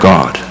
God